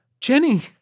Jenny